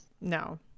No